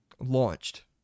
Launched